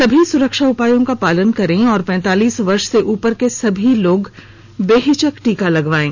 सभी सुरक्षा उपायों का पालन करें और पैंतालीस वर्ष से उपर के सभी लोग बेहिचक टीका लगवायें